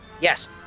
yes